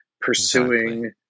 pursuing